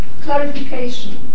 clarification